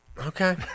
Okay